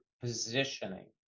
positioning